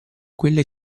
quelle